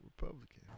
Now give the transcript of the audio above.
Republican